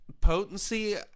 potency